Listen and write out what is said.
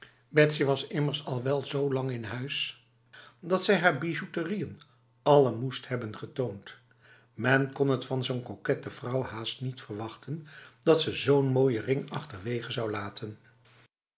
betsy was immers al wel z lang in huis dat zij haar bijouteriën alle moest hebben getoond men kon het van zo'n kokette vrouw haast niet verwachten dat ze zo'n mooie ring achterwege zou laten